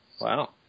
Wow